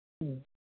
ꯑ